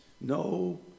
no